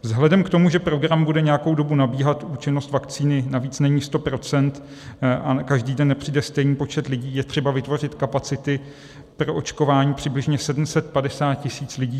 Vzhledem k tomu, že program bude nějakou dobu nabíhat, účinnost vakcíny navíc není sto procent a každý den nepřijde stejný počet lidí, je třeba vytvořit kapacity pro očkování přibližně 750 tisíc lidí týdně.